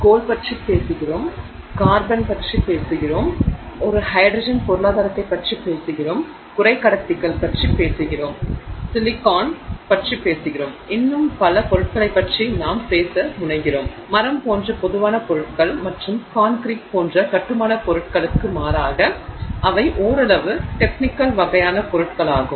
நாம் கோல் பற்றி பேசுகிறோம் கார்பன் பற்றி பேசுகிறோம் ஒரு ஹைட்ரஜன் பொருளாதாரத்தைப் பற்றி பேசுகிறோம் குறைக்கடத்திகள் பற்றி பேசுகிறோம் சிலிக்கான் பற்றி பேசுகிறோம் இன்னும் பல பொருட்களைப் பற்றி நாம் பேச முனைகிறோம் மரம் போன்ற பொதுவான பொருட்கள் மற்றும் கான்கிரீட் போன்ற கட்டுமானப் பொருட்களுக்கு மாறாக அவை ஓரளவு டெக்னிகள் வகையான பொருட்களாகும்